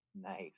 Nice